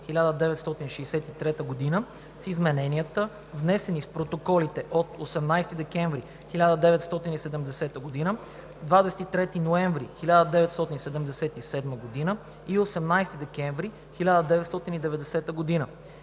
(с измененията, внесени с протоколите от 18 декември 1970 г., 23 ноември 1977 г. и 18 декември 1990 г.)